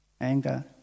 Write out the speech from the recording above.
anger